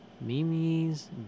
Mimi's